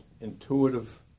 intuitive